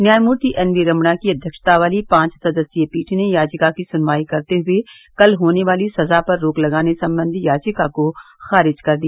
न्यायमूर्ति एनवी रमणा की अध्यक्षता वाली पांच सदस्यीय पीठ ने याचिका की सुनवाई करते हए कल होने वाली सजा पर रोक लगाने संबंधी याचिका को खारिज कर दिया